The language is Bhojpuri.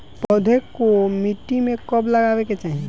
पौधे को मिट्टी में कब लगावे के चाही?